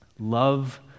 Love